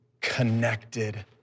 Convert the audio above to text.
connected